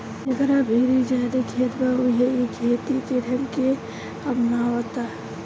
जेकरा भीरी ज्यादे खेत बा उहे इ खेती के ढंग के अपनावता